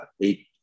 eight